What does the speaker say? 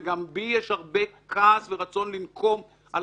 וגם בי יש הרבה כעס ורצון לנקום על